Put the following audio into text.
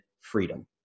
freedom